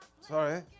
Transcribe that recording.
Sorry